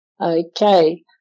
Okay